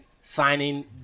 signing